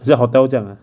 像 hotel 这样 ah